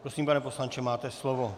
Prosím, pane poslanče, máte slovo.